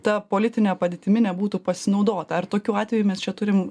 ta politine padėtimi nebūtų pasinaudota ar tokių atvejų mes čia turim